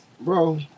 Bro